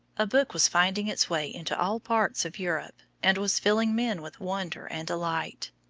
a book was finding its way into all parts of europe, and was filling men with wonder and delight.